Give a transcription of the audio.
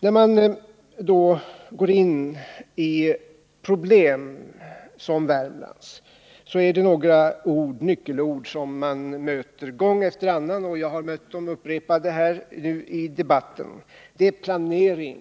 När man då går in på sådana problem som Värmlands är det några nyckelord som man möter gång på gång —-jag har mött dem upprepade gånger häri debatten. Det är ”planering”